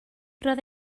roedd